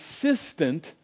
consistent